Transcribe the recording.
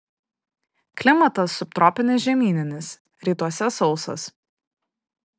klimatas subtropinis žemyninis rytuose sausas